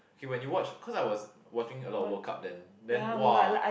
okay when you watch cause I was watching a lot of World Cup then then !wah!